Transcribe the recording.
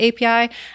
API